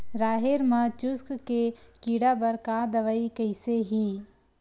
राहेर म चुस्क के कीड़ा बर का दवाई कइसे ही?